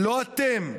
אתם,